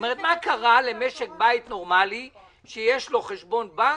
מה קרה למשק בית נורמלי שיש לו חשבון בנק